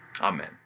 Amen